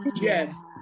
yes